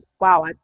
wow